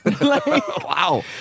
Wow